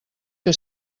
que